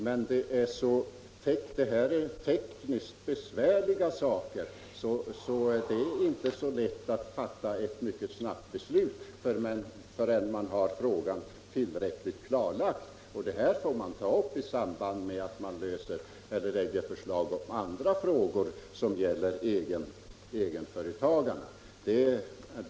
Men detta är en tekniskt besvärlig sak, och det är därför inte så lätt att snabbt fatta ett beslut. Först måste man ha frågan tillräckligt klarlagd. Den här saken får man ta upp i samband med förslag i andra frågor som gäller egenföretagarna.